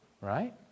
right